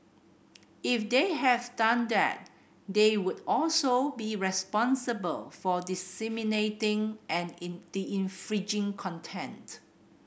if they have done that they would also be responsible for disseminating an infringing content